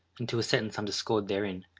and to a sentence underscored therein.